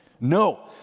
No